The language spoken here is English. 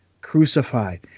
crucified